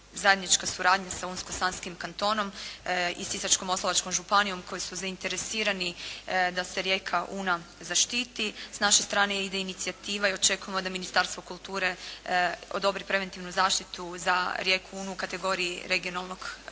zajednička suradnja sa Unsko-Sanskim kantonom i Sisačko-Moslavačkom županijom koji su zainteresirani da se rijeka Una zaštiti. S naše strane ide inicijativa i očekujemo da Ministarstvo kulture odobri preventivnu zaštitu za rijeku Unu u kategoriji regionalnog parka